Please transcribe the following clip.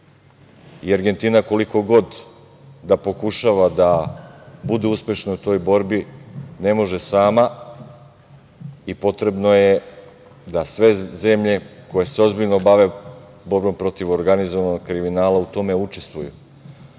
I Argentina koliko god da pokušava da bude uspešna u toj borbi, ne može sama i potrebno je da sve zemlje koje se ozbiljno bave borbom protiv organizovanog kriminala u tome učestvuju.Zašto